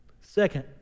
Second